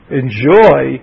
enjoy